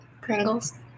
Pringles